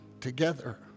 together